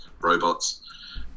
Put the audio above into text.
robots